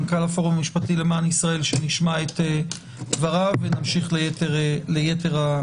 מנכ"ל הפורום המשפטי למען ישראל ונמשיך ליתר הדוברים,